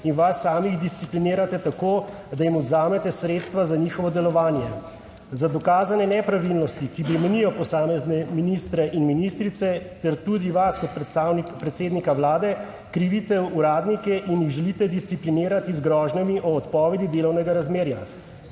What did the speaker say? in vas samih, disciplinirate tako, da jim odvzamete sredstva za njihovo delovanje. Za dokazane nepravilnosti, ki bremenijo posamezne ministre in ministrice ter tudi vas kot predsednika Vlade, krivite uradnike in jih želite disciplinirati z grožnjami o odpovedi delovnega razmerja.